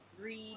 greed